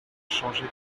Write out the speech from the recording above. changer